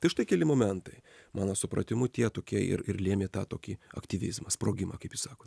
tai štai keli momentai mano supratimu tie tokie ir ir lėmė tą tokį aktyvizmą sprogimą kaip jūs sakot